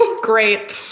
Great